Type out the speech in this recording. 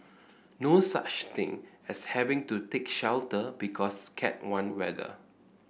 no such thing as having to take shelter because Cat one weather